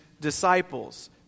disciples